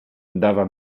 dava